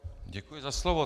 Děkuji za slovo.